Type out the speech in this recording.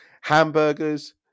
Hamburgers